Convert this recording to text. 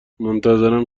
منتظرم